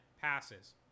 passes